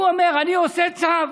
הוא אומר: אני עושה צו,